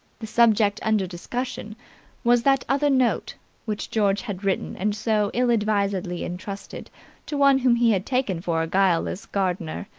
the subject under discussion was that other note which george had written and so ill-advisedly entrusted to one whom he had taken for a guileless gardener.